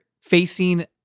facing